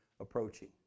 approaching